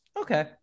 okay